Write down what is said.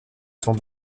sont